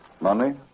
Money